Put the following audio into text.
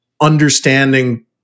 understanding